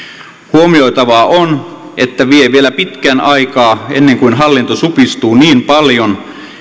huomioitavaa on että vie vielä pitkän aikaa ennen kuin hallinto supistuu niin paljon